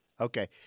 Okay